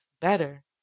better